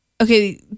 okay